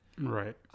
Right